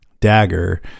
dagger